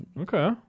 okay